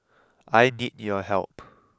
I need your help